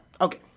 Okay